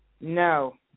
No